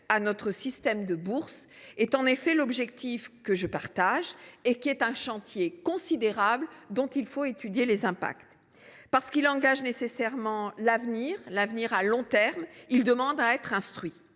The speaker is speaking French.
à notre système de bourses, objectif que je partage, est un chantier considérable, dont il convient d’étudier les impacts. Parce qu’il engage nécessairement l’avenir à long terme, il demande à être instruit.